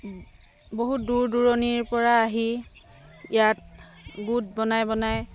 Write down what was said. বহুত দূৰ দূৰণিৰ পৰা আহি ইয়াত গোট বনাই বনাই